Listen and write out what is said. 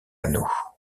anneau